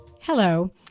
Hello